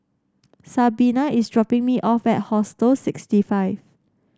Sabina is dropping me off at Hostel sixty five